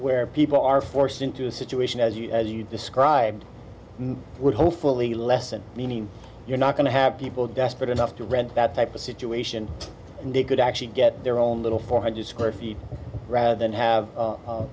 where people are forced into a situation as you as you described would hopefully lessen meaning you're not going to have people desperate enough to rent that type of situation and they could actually get their own little four hundred square feet rather than have